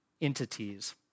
entities